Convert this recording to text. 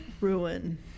ruin